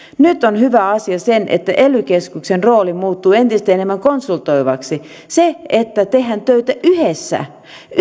nyt on hyvä asia että ely keskuksen rooli muuttuu entistä enemmän konsultoivaksi sitä kautta että tehdään töitä yhdessä